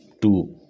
two